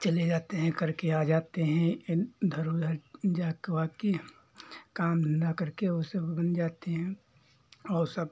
चले जाते हैं करके आ जाते हैं इन उधर उधर जात वाद की काम धंधा करके और सब बन जाते हैं और सब